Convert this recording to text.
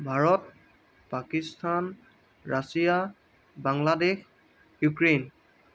Bharat Pakistan Russia Bangladesh Ukraine